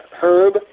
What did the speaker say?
herb